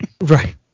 right